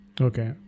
Okay